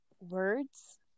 words